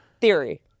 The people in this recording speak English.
theory